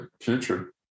future